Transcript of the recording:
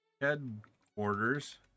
headquarters